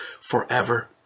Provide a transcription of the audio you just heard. forever